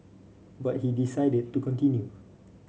but he decided to continue